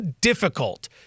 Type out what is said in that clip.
difficult